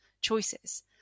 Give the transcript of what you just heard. choices